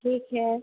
ठीक है